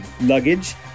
luggage